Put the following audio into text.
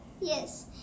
Yes